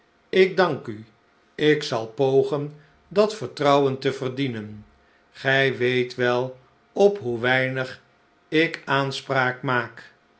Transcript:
ik dank u ik zal pogen dat vertrouwen te verdienen gij weet wel op hoe weinig ik aanspraak maak